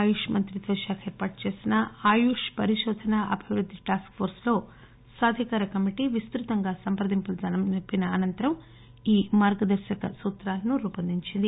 ఆయుష్ మంత్రిత్వ శాఖ ఏర్పాటుచేసిన ఆయుష్ పరిశోధన అభివృద్ది టాస్క్ ఫోర్స్ లో సాధికార కమిటీ విస్తృతంగా సంప్రదింపులు జరిపిన అనంతరం ఈ మార్గదర్శక సూత్రాలనురూపొందించింది